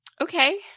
Okay